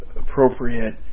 appropriate